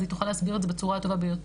אז היא תוכל להסביר את זה בצורה הטובה ביותר.